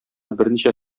берничә